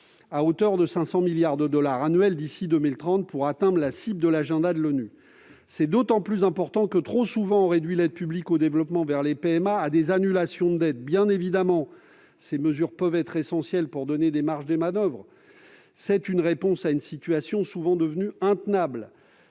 à hauteur de 500 milliards de dollars annuels d'ici à 2030 pour atteindre la cible de l'agenda de l'ONU. C'est d'autant plus important que, trop souvent, on réduit l'aide publique au développement aux PMA à des annulations de dettes. Bien évidemment, ces mesures peuvent être essentielles pour donner des marges de manoeuvre : elles répondent souvent à une situation devenue intenable.